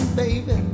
baby